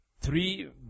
three